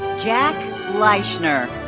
jack leischner.